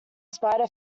spider